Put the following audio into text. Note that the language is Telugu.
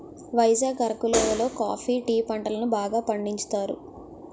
వైజాగ్ అరకు లోయి లో కాఫీ టీ పంటలను బాగా పండించుతారు